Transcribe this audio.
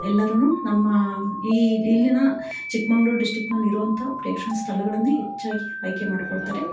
ಎಲ್ಲರೂ ನಮ್ಮ ಇಲ್ಲಿಯ ಚಿಕ್ಕಮಗಳೂರು ಡಿಸ್ಟಿಕ್ನಲ್ಲಿರೋ ಅಂತಹ ಪ್ರೇಕ್ಷಣ ಸ್ಥಳಗಳನ್ನೇ ಹೆಚ್ಚಾಗಿ ಆಯ್ಕೆ ಮಾಡಿಕೊಳ್ತಾರೆ